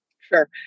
Sure